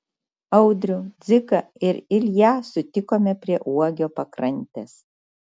audrių dziką ir ilją sutikome prie uogio pakrantės